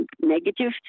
negative